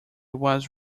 was